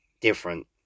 different